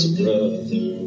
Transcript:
brother